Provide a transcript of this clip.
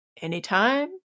anytime